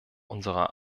unserer